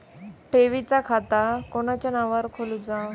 ठेवीचा खाता कोणाच्या नावार खोलूचा?